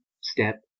step